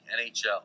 NHL